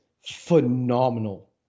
phenomenal